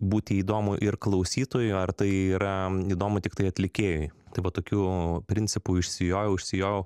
būti įdomu ir klausytojui ar tai yra įdomu tiktai atlikėjui tai va tokiu principu išsijojau išsijojau